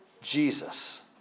Jesus